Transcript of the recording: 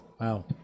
Wow